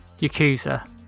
Yakuza